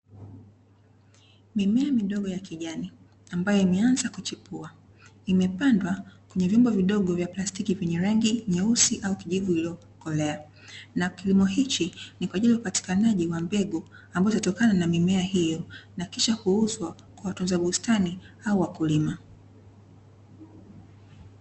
Mimea midogo ya kijani, ambayo imeanza kuchipua, imepandwa kwenye vyombo vidogo vya plastiki, vyenye rangi nyeusi au kijivu iliyokolea na kilimo hiki ni kwa ajili ya upatikanaji wa mbegu ambazo hutokana na mimea hiyo na kisha huuzwa kwa watunza bustani au wakulima.